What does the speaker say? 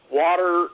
water